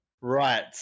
Right